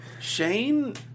Shane